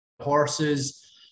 horses